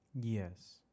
Yes